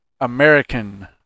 american